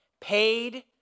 Paid